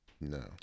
No